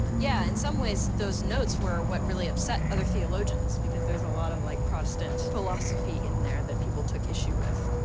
yeah, in some ways, those notes were what really upset other theologians because there's a lot of, like, protestant philosophy in there that people took issue with.